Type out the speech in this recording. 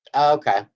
okay